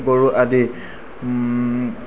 গৰু আদি